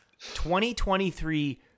2023